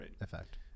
effect